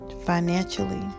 financially